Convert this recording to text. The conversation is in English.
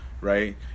right